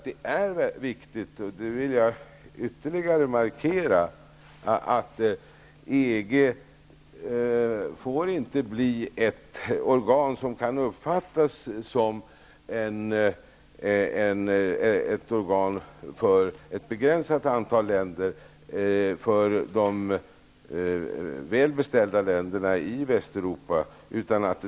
Det är viktigt att -- det vill jag ytterligare markera -- EG inte får bli ett organ som kan uppfattas som ett organ för ett begränsat antal länder, nämligen de välbeställda länderna i Västeuropa.